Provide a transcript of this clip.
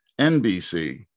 NBC